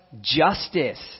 justice